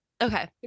okay